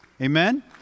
Amen